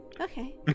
Okay